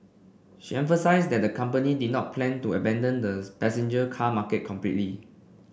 she emphasised that the company did not plan to abandon the passenger car market completely